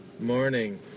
morning